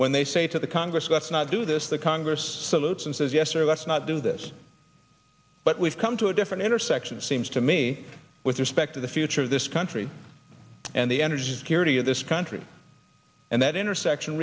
when they say to the congress does not do this the congress salutes and says yes or let's not do this but we've come to a different intersection seems to me with respect to the future of this country and the energy security of this country and that intersection